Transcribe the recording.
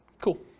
Cool